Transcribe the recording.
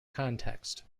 context